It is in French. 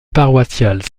paroissiale